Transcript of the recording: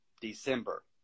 December